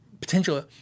potential